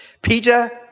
Peter